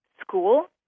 School